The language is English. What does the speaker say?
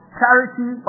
charity